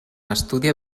estudia